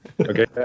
okay